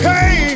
Hey